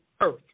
earth